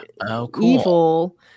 evil